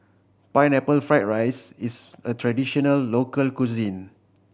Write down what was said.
Pineapple Fried rice is a traditional local cuisine